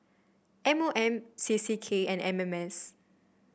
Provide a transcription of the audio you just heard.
M O M C C K and M M S